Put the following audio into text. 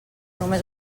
només